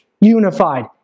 unified